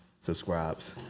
subscribes